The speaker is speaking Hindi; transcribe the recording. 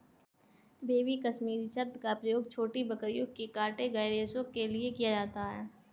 बेबी कश्मीरी शब्द का प्रयोग छोटी बकरियों के काटे गए रेशो के लिए किया जाता है